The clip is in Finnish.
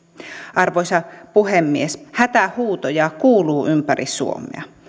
arvoisa puhemies hätähuutoja kuuluu ympäri suomea